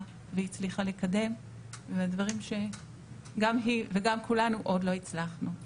והצליחה לקדם ומהדברים שגם היא וגם כולנו עוד לא הצלחנו.